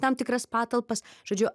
tam tikras patalpas žodžiu